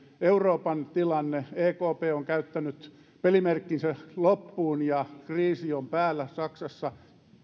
euroopan tilanne kun ekp on käyttänyt pelimerkkinsä loppuun ja kriisi on päällä saksassa